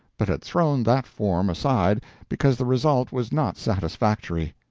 but had thrown that form aside because the result was not satisfactory.